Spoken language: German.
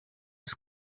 des